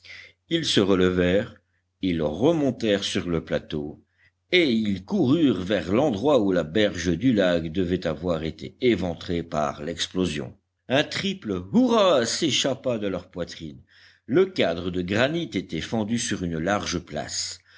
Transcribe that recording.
ils se relevèrent ils remontèrent sur le plateau et ils coururent vers l'endroit où la berge du lac devait avoir été éventrée par l'explosion un triple hurrah s'échappa de leurs poitrines le cadre de granit était fendu sur une large place